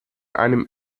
einem